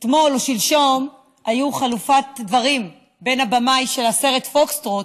אתמול או שלשום היו חילופי דברים בין הבמאי של הסרט פוקסטרוט,